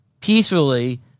peacefully